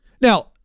Now